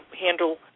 handle